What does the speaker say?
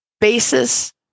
basis